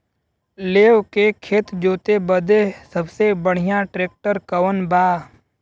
लेव के खेत जोते बदे सबसे बढ़ियां ट्रैक्टर कवन बा?